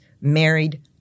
married